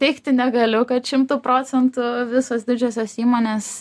teigti negaliu kad šimtu procentų visos didžiosios įmonės